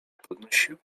podnosiły